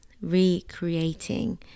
recreating